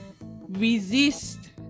resist